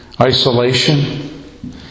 isolation